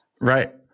right